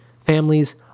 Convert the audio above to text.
families